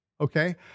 Okay